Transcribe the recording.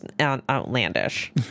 outlandish